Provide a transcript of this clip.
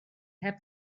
heb